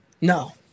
No